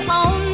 on